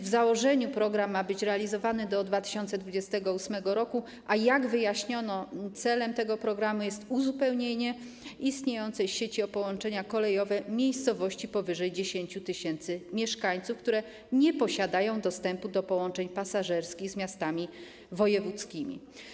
W założeniu program ma być realizowany do 2028 r., a jak wyjaśniono, jego celem jest uzupełnienie istniejącej sieci o połączenia kolejowe miejscowości powyżej 10 tys. mieszkańców, które nie posiadają dostępu do połączeń pasażerskich z miastami wojewódzkimi.